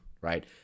right